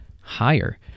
higher